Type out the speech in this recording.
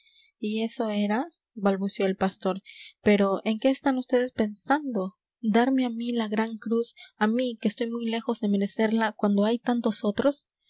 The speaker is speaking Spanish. y eso era balbució el pastor pero en qué están vds pensando darme a mí la gran cruz a mí que estoy muy lejos de merecerla cuando hay tantos otros